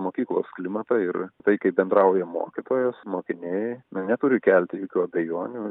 mokyklos klimatą ir tai kaip bendrauja mokytojos mokiniai neturi kelti jokių abejonių